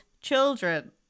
children